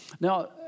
Now